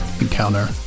encounter